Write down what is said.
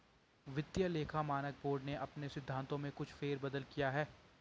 वित्तीय लेखा मानक बोर्ड ने अपने सिद्धांतों में कुछ फेर बदल किया है